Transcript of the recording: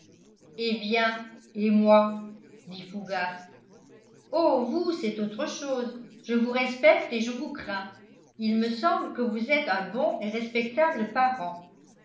eh bien et moi dit fougas oh vous c'est autre chose je vous respecte et je vous crains il me semble que vous êtes un bon et respectable parent